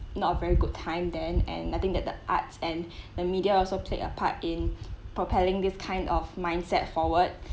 not a very good time then and I think that the arts and the media also played a part in propelling this kind of mindset forward